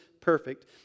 perfect